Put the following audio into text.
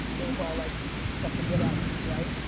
it was all like fuckin' whatever, right?